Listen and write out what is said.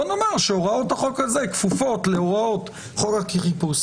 בואו נאמר שהוראות החוק הזה כפופות להוראות חוק החיפוש.